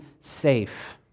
safe